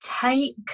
take